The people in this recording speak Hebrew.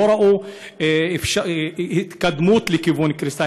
לא ראו התקדמות בכיוון קריסה,